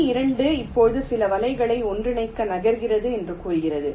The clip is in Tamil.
படி 2 இப்போது சில வலைகளை ஒன்றிணைக்க நகர்கிறது என்று கூறுகிறது